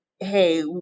hey